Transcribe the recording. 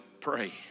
pray